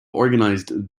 organized